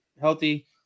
healthy